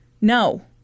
no